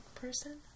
person